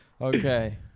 Okay